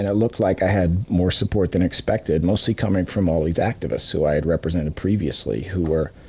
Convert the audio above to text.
and looked like i had more support than expected, mostly coming from all these activists who i had represented previously who were,